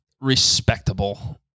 respectable